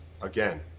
Again